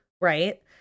right